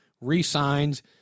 re-signs